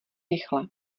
rychle